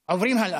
עוברים הלאה.